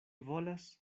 volas